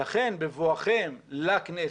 לכן בבואכם לכנסת,